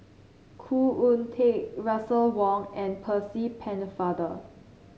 Khoo Oon Teik Russel Wong and Percy Pennefather